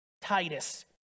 Titus